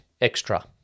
Extra